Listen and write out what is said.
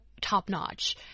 top-notch